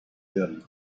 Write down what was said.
werden